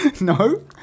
No